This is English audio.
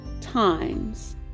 times